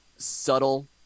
subtle